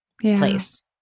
Place